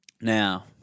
now